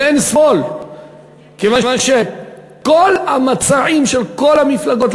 כיוון שכל המצעים של כל המפלגות,